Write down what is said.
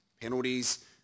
penalties